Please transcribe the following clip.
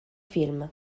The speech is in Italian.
film